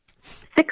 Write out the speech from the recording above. Six